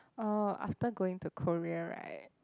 uh after going to Korea right